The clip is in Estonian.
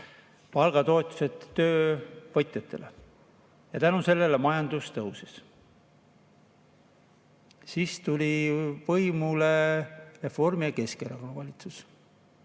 palgatoetused töövõtjatele. Tänu sellele majandus tõusis. Siis tuli võimule Reformierakonna ja Keskerakonna valitsus.